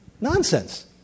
Nonsense